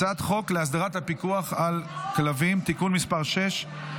הצעת חוק להסדרת הפיקוח על כלבים (תיקון מס' 6,